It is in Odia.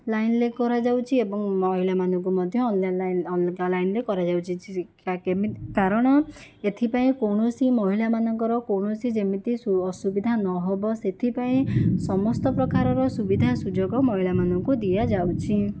ଲାଇନରେ କରା ଯାଉଛି ଏବଂ ମହିଳାମାନଙ୍କୁ ମଧ୍ୟ ଅନ୍ୟ ଲାଇନ ଅଲଗା ଲାଇନରେ କରାଯାଉଛି କାରଣ ଏଥିପାଇଁ କୌଣସି ମହିଳାମାନଙ୍କର କୌଣସି ଯେମିତି ଅସୁବିଧା ନ ହେବ ସେଥି ପାଇଁ ସମସ୍ତ ପ୍ରକାରର ସୁବିଧା ସୁଯୋଗ ମହିଳାମାନଙ୍କୁ ଦିଆଯାଉଛି